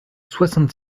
soixante